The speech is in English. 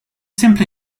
simply